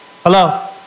Hello